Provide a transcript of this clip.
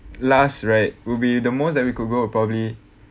last right will be the most that we could go ah probably